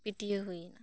ᱯᱟᱹᱴᱤᱭᱟᱹ ᱦᱩᱭ ᱮᱱᱟ